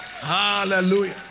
Hallelujah